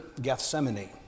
Gethsemane